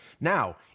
Now